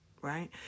Right